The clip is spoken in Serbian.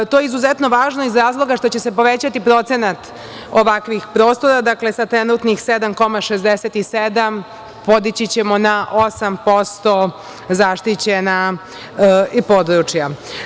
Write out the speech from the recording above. je izuzetno važno iz razloga što će se povećati procenat ovakvih prostora, dakle sa trenutnih 7,67% podići ćemo na 8% zaštićena područja.